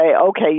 okay